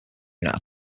not